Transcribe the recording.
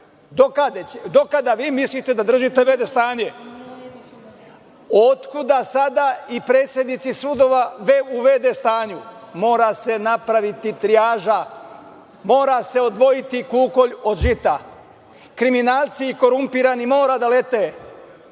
Do kada vi mislite da držite v.d. stanje? Otkuda sada i predsednici sudova u v.d. stanju? Mora se napraviti trijaža, mora se odvojiti kukolj od žita. Kriminalci i korumpirani mora da lete,